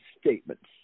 statements